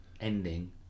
ending